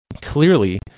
clearly